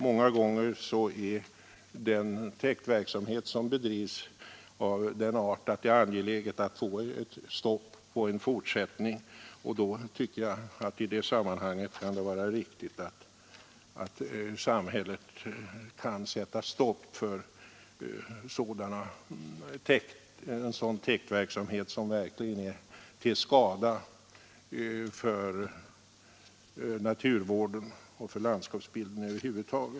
Många gånger är den täktverksamhet som bedrivs av den art, att det är angeläget att stoppa den, och jag tycker det är riktigt att samhället kan sätta stopp för sådan täktverksamhet som är till skada för naturvården och för landskapsbilden.